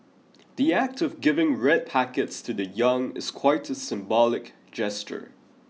the act of giving red packets to the young is quite a symbolic gesture